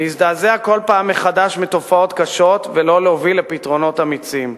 להזדעזע כל פעם מחדש מתופעות קשות ולא להוביל לפתרונות אמיצים.